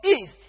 East